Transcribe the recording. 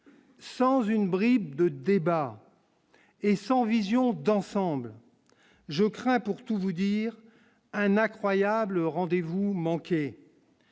Sans une bribe de débat et sans vision d'ensemble, je crains pour tout vous dire, un à croyable rendez-vous manqué.